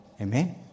Amen